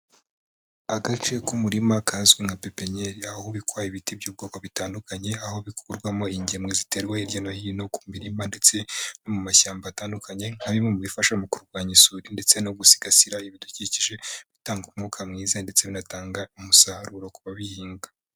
Agace k'umurima kazwi nka pepenyeri, ahahubikwa ibiti by'ubwoko bitandukanye, aho bikurwamo ingemwe ziterwa hirya no hino ku mirima ndetse no mu mashyamba atandukanye, nka bimwe mu bifasha mu kurwanya isuri ndetse no gusigasira ibidukikije, bitanga umwuka mwiza ndetse binatanga umusaruro ku babihinga.